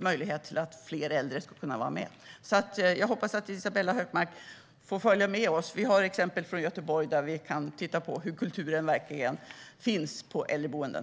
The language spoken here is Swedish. möjlighet till fler äldre att vara med. Jag hoppas alltså att Isabella Hökmark får följa med oss. Vi har exempel från Göteborg, där vi kan titta på hur kulturen verkligen finns på äldreboenden.